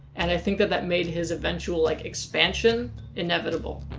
and, i think that that made his eventual, like, expansion inevitable.